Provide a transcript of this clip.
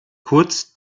kurz